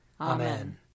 Amen